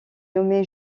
nommé